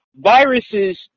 viruses